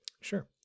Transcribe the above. Sure